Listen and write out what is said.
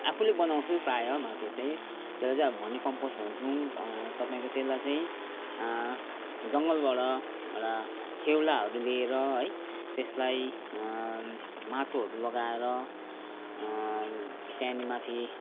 आफूले बनाउँछु प्रायः माटो चाहिँ त्यसलाई चाहिँ अब भर्मिकम्पोस्ट भन्छौँ तपाईँको त्यसलाई चाहिँ जङ्गलबाट र स्याउलाहरू लिएर है त्यसलाई माटोहरू लगाएर त्यहाँदेखि माथि